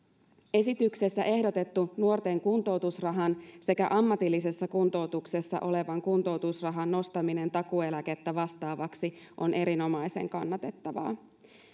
esityksessä ehdotettu nuorten kuntoutusrahan sekä ammatillisessa kuntoutuksessa olevan kuntoutusrahan nostaminen takuueläkettä vastaavaksi on erinomaisen kannatettavaa